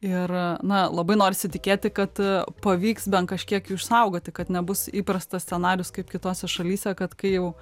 ir na labai norisi tikėti kad pavyks bent kažkiek jų išsaugoti kad nebus įprastas scenarijus kaip kitose šalyse kad kai jau